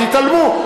תתעלמו.